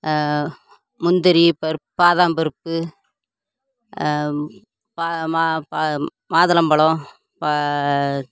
முந்திரி பருப்பு பாதம் பருப்பு மாதுளம்பழம்